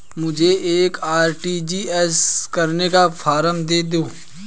मुझे एक आर.टी.जी.एस करने का फारम दे दो?